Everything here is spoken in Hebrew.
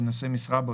ונושא משרה בו,